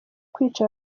kwica